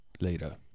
later